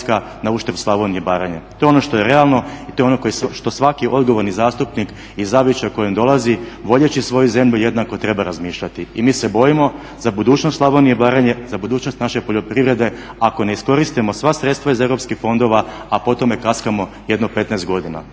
na uštrb Slavonije i Baranje. To je ono što je realno i to je ono što svaki odgovorni zastupnik iz zavičaja kojeg dolazi voleći svoju zemlju jednako treba razmišljati. I mi se bojimo za budućnost Slavonije i Baranje, za budućnost naše poljoprivrede. Ako ne iskoristimo sva sredstva iz europskih fondova, a po tome kaskamo jedno 15 godina.